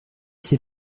ses